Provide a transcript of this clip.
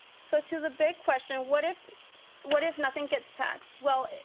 so to the big question, what if what if nothing gets passed? well,